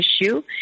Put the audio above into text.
issue